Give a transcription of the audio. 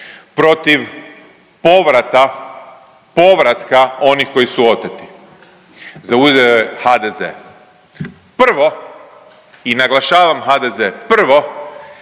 protiv povrata povratka onih koji su oteti. Zauzeo je HDZ. Prvo i naglašavam HDZ. Prvo